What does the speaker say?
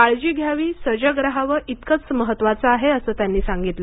काळजी घ्यावी सजग राहावं इतकंच महत्वाचं आहे असं त्यांनी सांगितलं